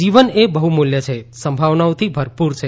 જીવન એ બહ્મૂલ્ય છે સંભાવનાઓથી ભરપૂર છે